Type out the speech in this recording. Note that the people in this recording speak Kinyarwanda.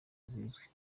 zizwi